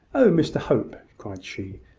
oh, mr hope! cried she,